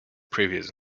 previous